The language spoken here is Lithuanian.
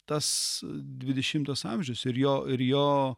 tas dvidešimtas amžius ir jo ir jo